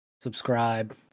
subscribe